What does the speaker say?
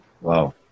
wow